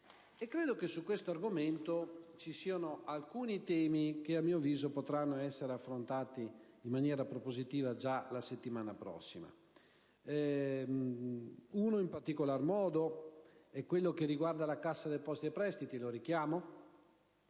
e su questo argomento vi sono alcuni temi che, a mio avviso, potranno essere affrontati in maniera propositiva già la settimana prossima. Uno in particolar modo riguarda la Cassa depositi e prestiti, e qui lo richiamo.